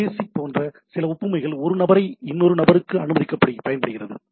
தொலைபேசி போன்ற சில ஒப்புமைகள் ஒரு நபரை இன்னொருவருக்கு அனுமதிக்கப் பயன்படுகின்றன